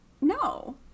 no